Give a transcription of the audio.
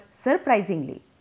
surprisingly